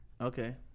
Okay